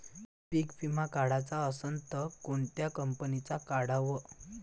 पीक विमा काढाचा असन त कोनत्या कंपनीचा काढाव?